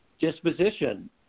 disposition